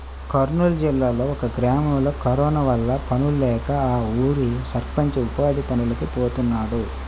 కర్నూలు జిల్లాలో ఒక గ్రామంలో కరోనా వల్ల పనుల్లేక ఆ ఊరి సర్పంచ్ ఉపాధి పనులకి పోతున్నాడు